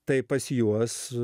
tai pas juos